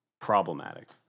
problematic